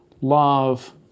love